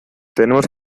tenemos